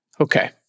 Okay